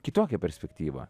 kitokią perspektyvą